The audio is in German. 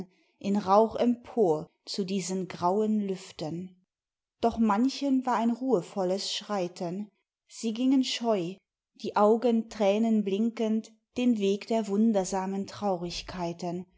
in rauch empor zu diesen grauen lüften doch manchen war ein ruhevolles schreiten sie gingen scheu die augen tränenblinkend den weg der wundersamen traurigkeiten